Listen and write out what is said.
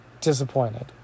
disappointed